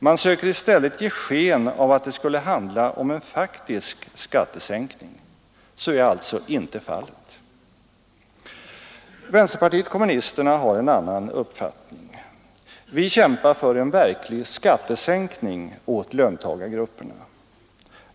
Man söker i stället ge sken av att det skulle handla om en faktisk skattesänkning. Så är alltså inte fallet. Vänsterpartiet kommunisterna har en annan uppfattning. Vi kämpar för en verklig skattesänkning åt löntagargrupperna.